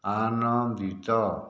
ଆନନ୍ଦିତ